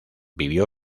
vivió